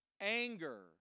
Anger